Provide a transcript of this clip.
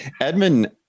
Edmund